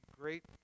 great